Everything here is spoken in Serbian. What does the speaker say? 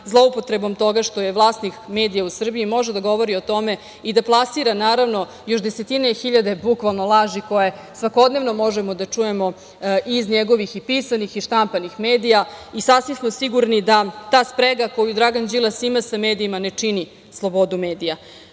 zloupotrebom toga što je vlasnik medija u Srbiji može da govori o tome i da plasira još desetine hiljada laži koje svakodnevno možemo da čujemo iz njegovih pisanih i štampanih medija i sasvim smo sigurni da ta sprega koju Dragan Đilas ima sa medijima ne čini slobodu medija. Svakako